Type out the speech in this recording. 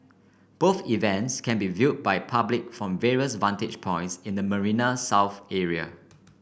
both events can be viewed by the public from various vantage points in the Marina South area